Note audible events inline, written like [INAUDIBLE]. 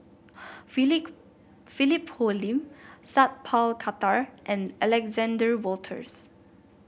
[UNINTELLIGIBLE] Philip Hoalim Sat Pal Khattar and Alexander Wolters